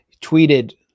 tweeted